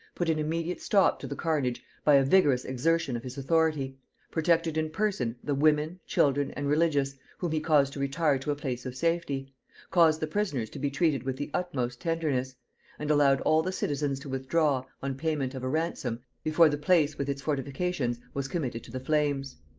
put an immediate stop to the carnage by a vigorous exertion of his authority protected in person the women, children, and religious, whom he caused to retire to a place of safety caused the prisoners to be treated with the utmost tenderness and allowed all the citizens to withdraw, on payment of a ransom, before the place with its fortifications was committed to the flames.